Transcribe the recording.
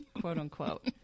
quote-unquote